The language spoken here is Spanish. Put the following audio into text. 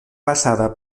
basada